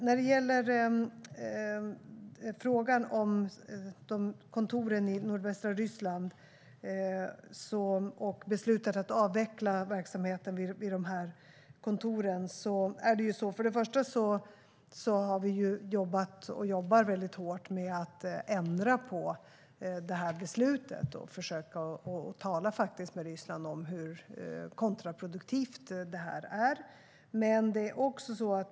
När det gäller frågan om kontoren i nordvästra Ryssland och beslutet att avveckla verksamheten vid dem jobbar vi hårt med att ändra på beslutet, och vi försöker tala med Ryssland om hur kontraproduktivt det är.